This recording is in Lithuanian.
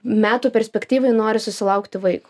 metų perspektyvoj nori susilaukti vaiko